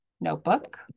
notebook